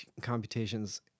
computations